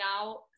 now